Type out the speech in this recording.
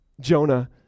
Jonah